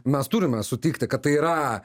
mes turime sutikti kad tai yra